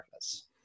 surface